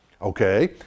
okay